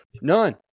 None